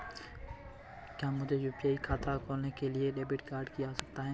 क्या मुझे यू.पी.आई खाता खोलने के लिए डेबिट कार्ड की आवश्यकता है?